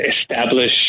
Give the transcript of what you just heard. establish